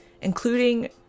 including